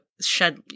shed